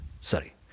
sorry